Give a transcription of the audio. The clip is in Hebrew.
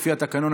לפי התקנון,